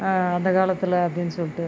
அந்த காலத்தில் அப்படின்னு சொல்லிட்டு